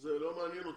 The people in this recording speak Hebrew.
זה לא מעניין אותי,